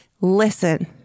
listen